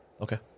Okay